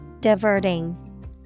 Diverting